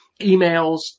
emails